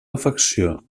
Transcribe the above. afecció